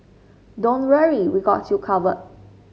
don't worry we've got you covered